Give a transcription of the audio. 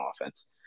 offense